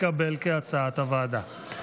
כהצעת הוועדה, התקבל.